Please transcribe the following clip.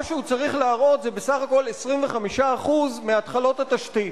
מה שהוא צריך להראות זה בסך הכול 25% מהתחלות התשתית.